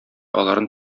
аларны